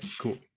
cool